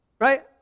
right